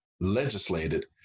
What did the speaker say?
legislated